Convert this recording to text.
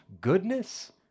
goodness